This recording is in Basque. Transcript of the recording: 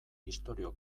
istorio